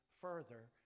further